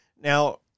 Now